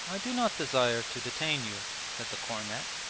i do not desire to detain you said the cornet,